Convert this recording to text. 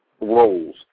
roles